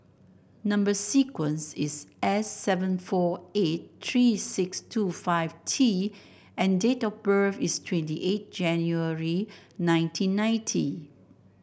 number sequence is S seven four eight three six two five T and date of birth is twenty eight January nineteen ninety